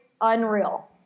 unreal